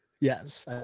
Yes